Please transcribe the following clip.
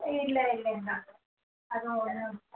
இல்லை இல்லைங்க டாக்டர் அது ஒன்னுமில்ல